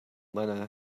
lenna